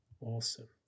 Awesome